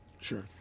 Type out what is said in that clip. Sure